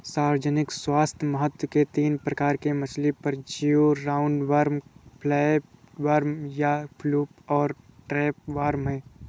सार्वजनिक स्वास्थ्य महत्व के तीन प्रकार के मछली परजीवी राउंडवॉर्म, फ्लैटवर्म या फ्लूक और टैपवार्म है